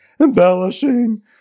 embellishing